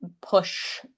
push